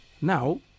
Now